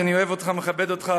שאני אוהב אותך ומכבד אותך,